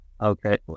Okay